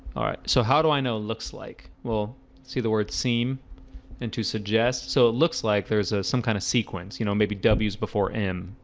alright so how do i know looks like well see the words seem and to suggest so it looks like there's some kind of sequence you know, maybe w's before m.